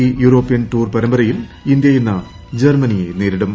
hockey European tour പരമ്പരയിൽ India ഇന്ന് ജർമ്മനിയെ നേരിടും